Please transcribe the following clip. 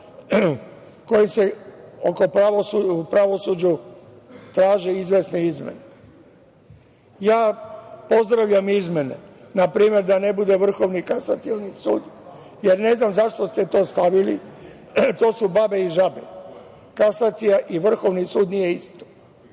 kome se u pravosuđu traže izvesne izmene. Pozdravljam izmene, npr. da ne bude Vrhovni kasacioni sud, jer ne znam zašto ste to stavili, jer to su babe i žabe, kasacija i Vrhovni sud nije isto.